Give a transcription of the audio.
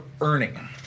earning